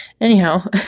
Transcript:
Anyhow